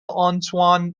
آنتوان